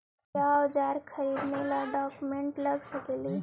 क्या ओजार खरीदने ड़ाओकमेसे लगे सकेली?